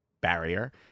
barrier